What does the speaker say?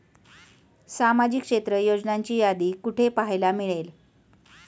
सामाजिक क्षेत्र योजनांची यादी कुठे पाहायला मिळेल?